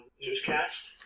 newscast